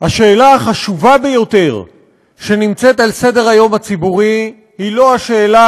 השאלה החשובה ביותר על סדר-היום הציבורי היא לא השאלה